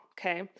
okay